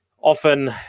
often